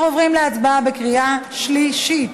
אנחנו עוברים להצבעה בקריאה שלישית.